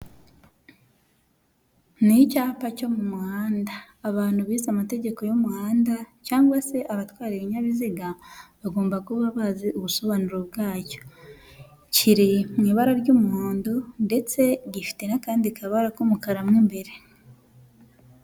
Ni icyapa cyo mu muhanda, abantu bize amategeko y'umuhanda cg se abatwara ibinyabiziga bagomba kuba bazi ubusobanuro bwacyo. Kiri mu ibara ry'umuhondo, ndetse gifite n'akandi kabara k'umukaramo mo imbere.